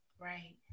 Right